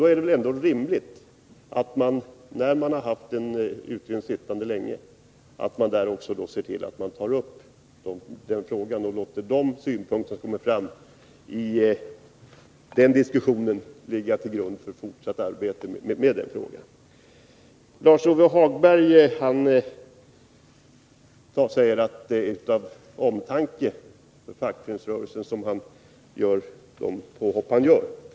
När en utredning har arbetat under lång tid, är det väl rimligt att också låta de synpunkter som kommer fram i kommitténs betänkande ligga till grund för fortsatt arbete med frågan. Lars-Ove Hagberg säger att det är av omtanke om fackföreningsrörelsen som han ägnar sig åt de påhopp han gör.